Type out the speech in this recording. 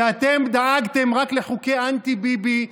כי אתם דאגתם רק לחוקי אנטי-ביבי,